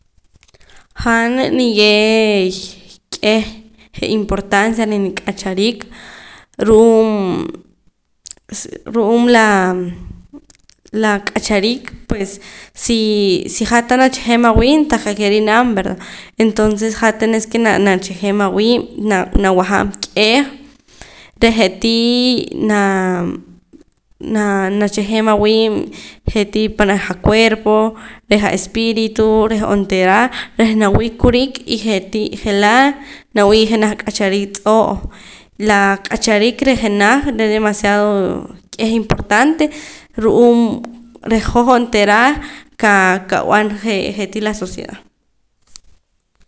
Han niyee' k'eh je' importancia reh nik'achariik ru'uum ru'uum la la k'achariik pues si si hat tah nacha'jeem awiib' tah qa'keh rinam verdad entonces hat tenes ke na nacha'jeem awiib' na nawajaam k'eh reh je'tii naa nacha'jeem awiib' je'tii panaj acuerpo reh a espíritu reh onteera reh nawii' kurik y je'tii je'laa' nawii' jenaj ak'achariik tz'oo' la k'achariik reh jenaj re're' demaciado k'eh importante ru'uum reh hoj onteera ka kab'an jee je'tii la sociedad